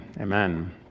Amen